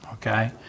Okay